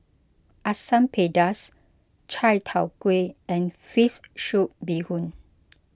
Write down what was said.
Asam Pedas Chai Tow Kuay and Fish Soup Bee Hoon